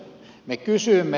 me kysymme